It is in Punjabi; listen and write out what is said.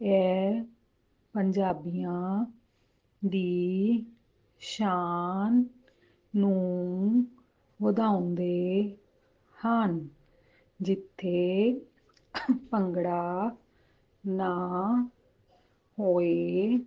ਇਹ ਪੰਜਾਬੀਆਂ ਦੀ ਸ਼ਾਨ ਨੂੰ ਵਧਾਉਂਦੇ ਹਨ ਜਿੱਥੇ ਭੰਗੜਾ ਨਾ ਹੋਏ